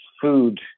food